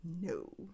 No